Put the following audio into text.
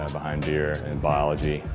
um behind beer and biology.